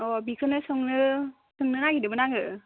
अ' बेखौनो सोंनो सोंनो नागिरदोंमोन आङो